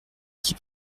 qui